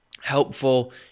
helpful